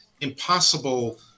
impossible